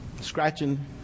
Scratching